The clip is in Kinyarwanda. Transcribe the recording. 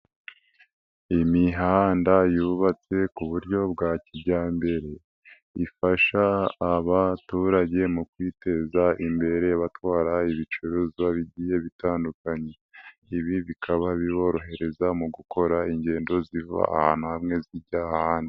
Imihanda yubatse ku buryo bwa kijyambere ifasha abaturage mu kwiteza imbere abatwara ibicuruzwa bigiye bitandukanye, ibi bikaba biborohereza mu gukora ingendo ziva ahantu hamwe zijya ahandi.